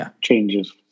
changes